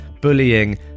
bullying